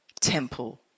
temple